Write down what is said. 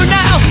now